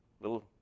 little